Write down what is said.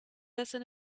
lesson